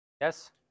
Yes